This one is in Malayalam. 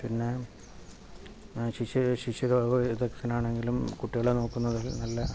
പിന്നെ ശിശുരോഗ വിദഗ്ദ്ധൻ ആണെങ്കിലും കുട്ടികളെ നോകുന്നതിനും നല്ല